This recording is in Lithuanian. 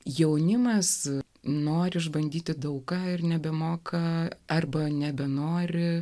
jaunimas nori išbandyti daug ką ir nebemoka arba nebenori